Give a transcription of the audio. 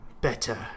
better